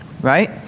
Right